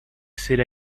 ser